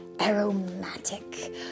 aromatic